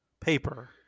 paper